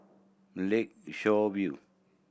Lakeshore View